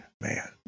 Man